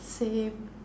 same